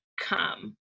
come